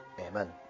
Amen